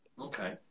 Okay